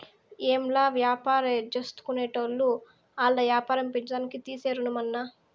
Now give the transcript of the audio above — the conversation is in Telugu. ఏంలా, వ్యాపారాల్జేసుకునేటోళ్లు ఆల్ల యాపారం పెంచేదానికి తీసే రుణమన్నా